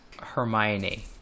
Hermione